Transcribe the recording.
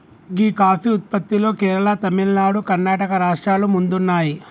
గీ coffee ఉత్పత్తిలో కేరళ, తమిళనాడు, కర్ణాటక రాష్ట్రాలు ముందున్నాయి